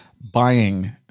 buying